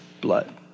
blood